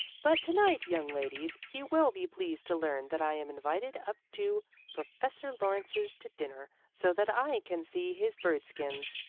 but to-night, young ladies, you will be pleased to learn that i am invited up to professor lawrence's to dinner, so that i can see his bird skins.